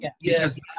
Yes